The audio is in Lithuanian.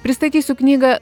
pristatysiu knygą